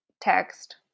text